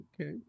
Okay